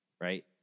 right